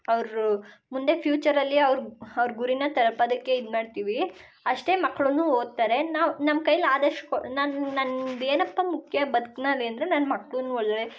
ಅವರು ಮುಂದೆ ಫ್ಯೂಚರಲ್ಲಿ ಅವ್ರ ಅವ್ರ ಗುರೀನ ತಲ್ಪೋದಕ್ಕೆ ಇದು ಮಾಡ್ತೀವಿ ಅಷ್ಟೇ ಮಕ್ಳು ಓದ್ತಾರೆ ನಾವು ನಮ್ಮ ಕೈಯ್ಲಿ ಆದಷ್ಟು ಕೊ ನಂದು ನಂದು ಏನಪ್ಪ ಮುಖ್ಯ ಬದ್ಕಿನಲ್ಲಿ ಅಂದರೆ ನನ್ನ ಮಕ್ಳುನ್ನ ಒಳ್ಳೆಯ